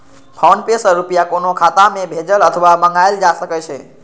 PhonePe सं रुपया कोनो खाता मे भेजल अथवा मंगाएल जा सकै छै